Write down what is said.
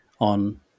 on